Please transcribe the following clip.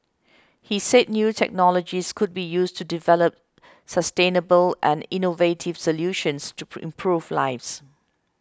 he said new technologies will be used to develop sustainable and innovative solutions to improve lives